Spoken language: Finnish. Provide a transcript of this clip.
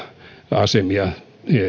asemia